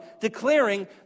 declaring